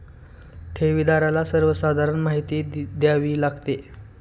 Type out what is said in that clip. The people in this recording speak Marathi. ठेवीदाराला सर्वसाधारण माहिती द्यावी लागते